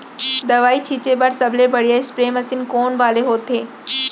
दवई छिंचे बर सबले बढ़िया स्प्रे मशीन कोन वाले होथे?